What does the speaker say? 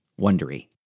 Wondery